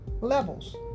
levels